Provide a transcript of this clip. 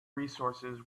resources